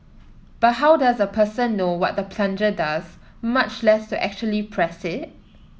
but how does a person know what the plunger does much less to actually press it